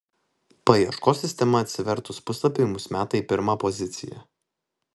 paieškos sistema atsivertus puslapiui mus meta į pirmą poziciją